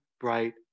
bright